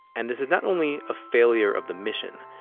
and this is not only a failure of the mission.